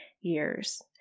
years